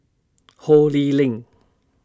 Ho Lee Ling